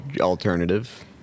alternative